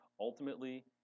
ultimately